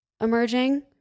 emerging